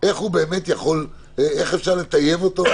איך מנקים את המושחת?